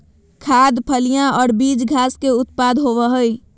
खाद्य, फलियां और बीज घास के उत्पाद होबो हइ